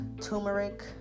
turmeric